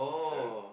ya